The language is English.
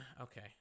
Okay